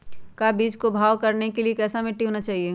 का बीज को भाव करने के लिए कैसा मिट्टी होना चाहिए?